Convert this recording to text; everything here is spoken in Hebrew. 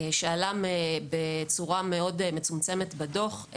שעלה בצורה מצומצמת מאוד בדוח.